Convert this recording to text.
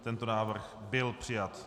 Tento návrh byl přijat.